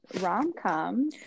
rom-com